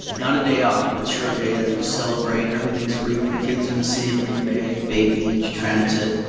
not a day off, but it's your day that we celebrate, everything's free for kids in the city of green bay, bay beach, transit,